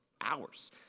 hours